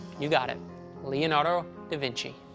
you got it leonardo da vinci.